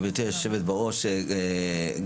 הסטנדרט הנוסף הנושא של המעטפת גם ברשויות.